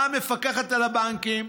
מה המפקחת על הבנקים,